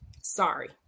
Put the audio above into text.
sorry